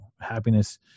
Happiness